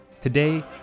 Today